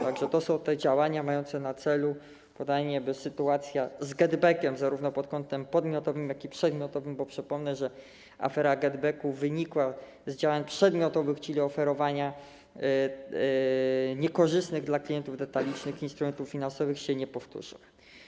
Tak że to są te działania mające na celu, by sytuacja z GetBack zarówno pod kątem podmiotowym, jak i przedmiotowym, bo przypomnę, że afera GetBack wyniknęła z działań przedmiotowych, czyli oferowania niekorzystnych dla klientów detalicznych instrumentów finansowych, się nie powtórzyła.